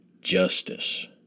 justice